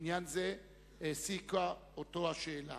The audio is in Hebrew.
בעניין זה העסיקה אותו השאלה